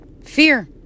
Fear